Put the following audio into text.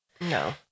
No